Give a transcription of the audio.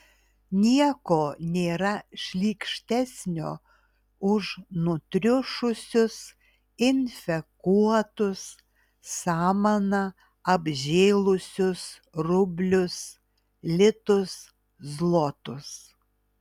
nieko nėra šlykštesnio už nutriušusius infekuotus samana apžėlusius rublius litus zlotus